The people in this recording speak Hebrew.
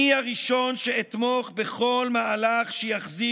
אני הראשון שאתמוך בכל מהלך שיחזיר